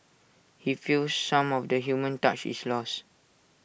he feels some of the human touch is lost